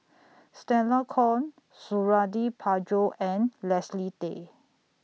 Stella Kon Suradi Parjo and Leslie Tay